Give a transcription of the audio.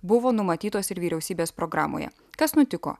buvo numatytos ir vyriausybės programoje kas nutiko